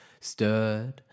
stirred